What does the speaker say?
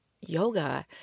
yoga